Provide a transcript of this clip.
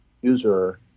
user